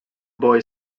boy